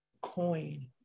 coin